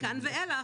מכאן ואילך,